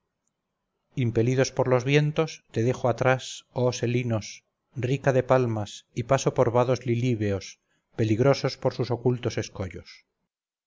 impelidos por los vientos te dejo atrás oh selinos rica de palmas y paso los vados lilibeos peligrosos por sus ocultos escollos